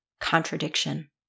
contradiction